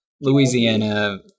Louisiana